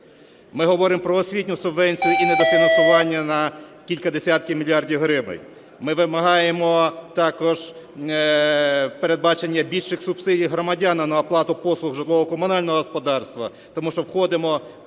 Ми говоримо про освітню субвенцію і недофінансування на кілька десятків мільярдів гривень. Ми вимагаємо також передбачення більших субсидій громадянам на оплату послуг житлово-комунального господарства. Тому що входимо